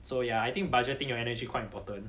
so ya I think budgetting your energy quite important